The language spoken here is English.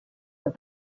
are